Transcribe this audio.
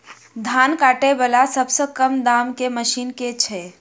धान काटा वला सबसँ कम दाम केँ मशीन केँ छैय?